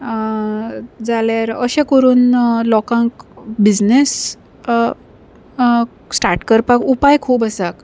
जाल्यार अशें करून लोकांक बिझनेस स्टार्ट करपाक उपाय खूब आसाक